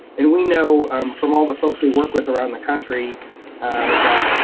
and we know from all the folks we work with around the country that